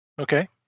Okay